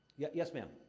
yeah yes, ma'am?